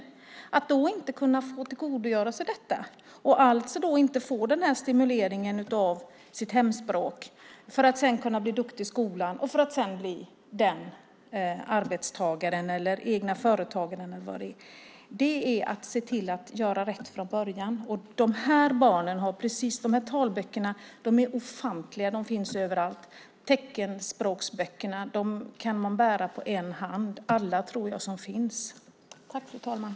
Det handlar om att de inte få tillgodogöra sig detta och få stimuleringen av sitt hemspråk för att sedan bli duktiga i skolan och bli arbetstagare, egna företagare eller vad det kan vara. Det handlar om att göra rätt från början. Talböckerna är ofantligt många och finns överallt. Jag tror att man kan bära teckenspråksböckerna som finns i en hand.